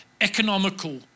economical